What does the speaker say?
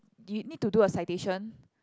you need to do a citation